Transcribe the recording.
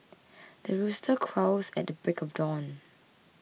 the rooster crows at the break of dawn